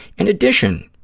in addition,